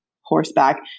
horseback